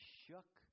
shook